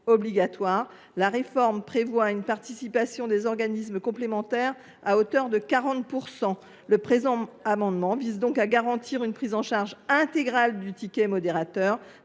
article prévoit une participation des organismes complémentaires à hauteur de 40 %. Cet amendement vise à garantir une prise en charge intégrale du ticket modérateur